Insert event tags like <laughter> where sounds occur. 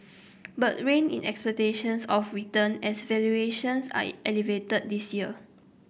but rein in expectations of return as valuations are <unintelligible> elevated this year